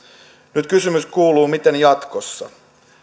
nyt kysymys kuuluu miten jatkossa